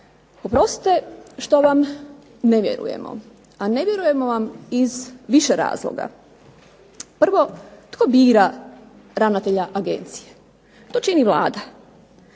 Oprostite što vam ne vjerujemo, a ne vjerujemo vam iz više razloga. Prvo, tko bira ravnatelja agencije? To čini Vlada.